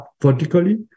vertically